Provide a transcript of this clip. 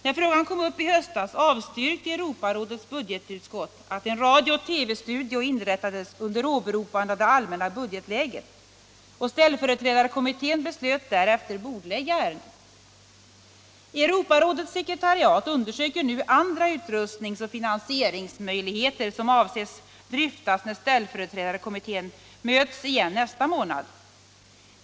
När frågan kom upp i höstas avstyrkte Europarådets budgetutskott att en radio och TV studio inrättades, under åberopande av det allmänna budgetläget, och ställföreträdarkommittén beslöt därefter bordlägga ärendet. Europarådets sekretariat undersöker nu andra utrustnings och finansieringsmöjligheter, som avses dryftas när ställföreträdarkommittén möts igen nästa månad.